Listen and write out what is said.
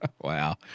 Wow